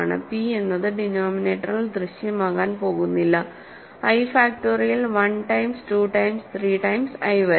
p എന്നത് ഡിനോമിനേറ്ററിൽ ദൃശ്യമാകാൻ പോകുന്നില്ല i factorial 1 times 2 times 3 times i വരെ